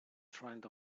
trend